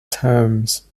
terms